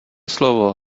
slovo